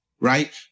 right